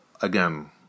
again